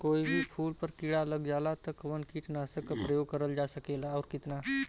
कोई भी फूल पर कीड़ा लग जाला त कवन कीटनाशक क प्रयोग करल जा सकेला और कितना?